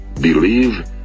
believe